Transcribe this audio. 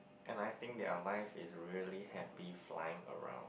and I think their life is really happy flying around